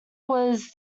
was